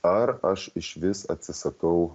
ar aš išvis atsisakau